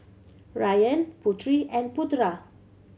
Ryan Putri and Putera